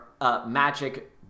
Magic